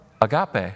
agape